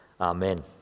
Amen